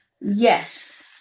Yes